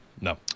No